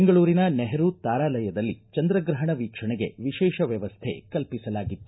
ಬೆಂಗಳೂರಿನ ನೆಹರು ತಾರಾಲಯದಲ್ಲಿ ಚಂದ್ರಗ್ರಹಣ ವೀಕ್ಷಣೆಗೆ ವಿಶೇಷ ವ್ಯವಸ್ಥೆ ಕಲ್ಪಿಸಲಾಗಿತ್ತು